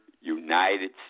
United